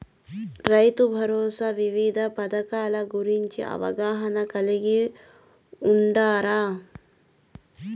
రైతుభరోసా వివిధ పథకాల గురించి అవగాహన కలిగి వుండారా?